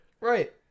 Right